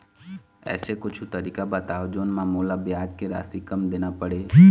ऐसे कुछू तरीका बताव जोन म मोला ब्याज के राशि कम देना पड़े?